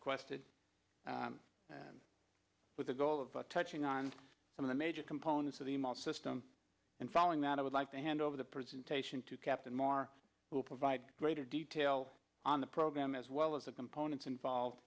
requested and with the goal of touching on some of the major components of the mall system and following that i would like to hand over the presentation to captain moore will provide greater detail on the program as well as the components involved